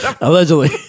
Allegedly